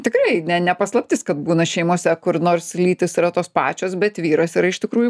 tikrai ne ne paslaptis kad būna šeimose kur nors lytys yra tos pačios bet vyras yra iš tikrųjų